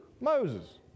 Moses